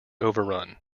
overrun